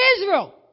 Israel